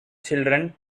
children